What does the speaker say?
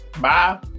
Bye